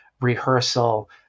rehearsal